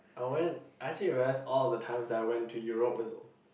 I went I actually realised all of the times that I went to Europe is